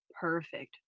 Perfect